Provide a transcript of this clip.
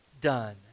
done